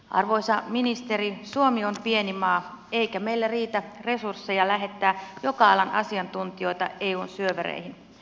arvoisa ministeri suomi on pieni maa eikä meillä riitä resursseja lähettää joka alan asiantuntijoita eun syövereihin